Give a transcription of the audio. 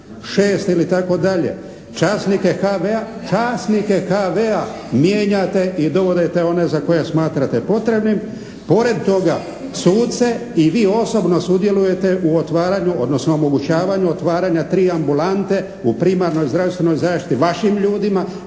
Šest ili itd., časnike HV-a mijenjate i dovodite one za koje smatrate potrebnim. Pored toga suce i vi osobno sudjelujete u otvaranju odnosno u omogućavanju otvaranja tri ambulante u primarnoj zdravstvenoj zaštiti vašim ljudima